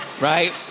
right